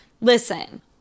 Listen